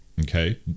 Okay